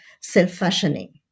self-fashioning